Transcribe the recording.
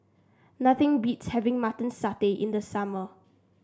nothing beats having Mutton Satay in the summer